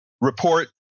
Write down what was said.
report